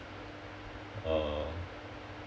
uh